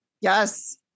Yes